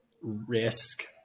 risk